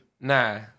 nah